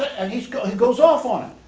and he's goes off on him.